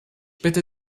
bitte